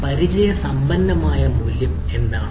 പരിചയസമ്പന്നമായ മൂല്യം എന്താണ്